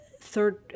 third